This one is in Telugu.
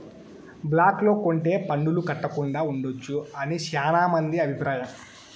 బ్లాక్ లో కొంటె పన్నులు కట్టకుండా ఉండొచ్చు అని శ్యానా మంది అభిప్రాయం